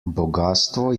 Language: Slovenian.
bogastvo